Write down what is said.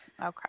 Okay